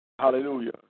hallelujah